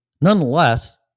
Nonetheless